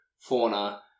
fauna